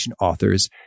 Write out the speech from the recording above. authors